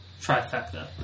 trifecta